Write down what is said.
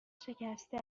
شکسته